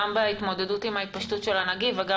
גם בהתמודדות עם ההתפשטות של הנגיף וגם